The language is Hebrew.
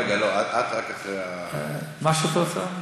רגע, לא, את רק אחרי, מה שאת רוצה.